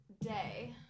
day